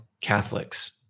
Catholics